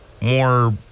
more